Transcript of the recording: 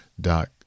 dot